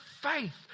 faith